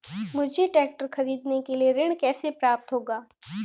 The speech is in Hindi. मुझे ट्रैक्टर खरीदने के लिए ऋण कैसे प्राप्त होगा?